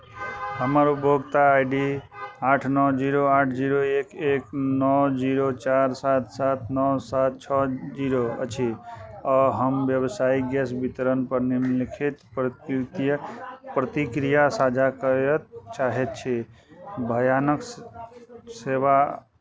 हमर उपभोक्ता I D आठ नओ जीरो आठ जीरो एक एक नओ जीरो चारि सात सात नओ सात छओ जीरो अछि आ हम व्यावसायिक गैस वितरणपर निम्नलिखित प्रकृतीया प्रतिक्रिया साझा करय चाहैत छी भयानक सेवा